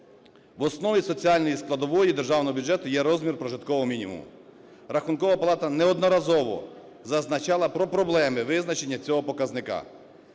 В основі соціальної складової державного бюджету є розмір прожиткового мінімуму. Рахункова палата неодноразово зазначала про проблеми визначення цього показника.